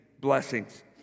blessings